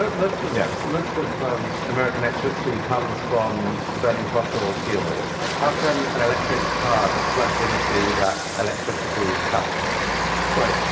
but most of yeah most of american electricity comes from burning fossil fuels. how can an electric car that plugs into that electricity help? em right.